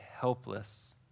helpless